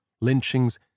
lynchings